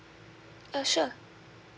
uh sure